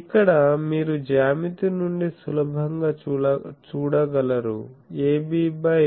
ఇక్కడ మీరు జ్యామితి నుండి సులభంగా చూడగలరు AB బై